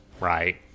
right